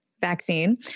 vaccine